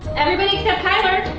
everybody, except kyler.